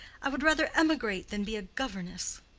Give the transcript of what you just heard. i would rather emigrate than be a governess.